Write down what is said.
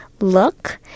look